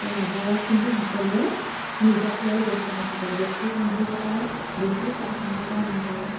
তো নগৰত কিন্তু সকলোৱে নিজক লৈয়ে ব্যস্ত হৈ থাকে ব্যক্তিকেন্দ্ৰিকতাই বেছি প্ৰাধান্য পায় নগৰত